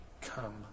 Come